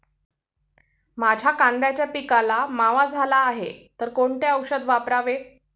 माझ्या कांद्याच्या पिकाला मावा झाला आहे तर कोणते औषध वापरावे?